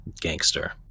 gangster